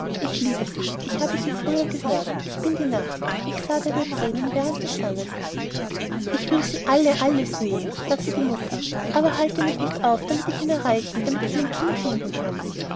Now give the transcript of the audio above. ich liebe sie ich habe sie früher gehört ich bin die nacht ich sah deine thränen während du sangst ich will sie alle alle singen sagte die mutter aber halte mich nicht auf damit ich ihn erreichen damit ich mein kind finden kann